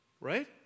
Right